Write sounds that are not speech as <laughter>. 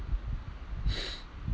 <noise>